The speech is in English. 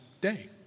day